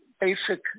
basic